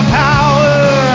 power